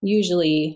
usually